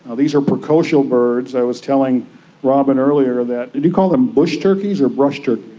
ah these are precocial birds. i was telling robyn earlier that, did you call them bush turkeys or brush turkeys?